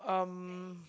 um